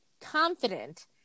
confident